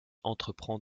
entreprend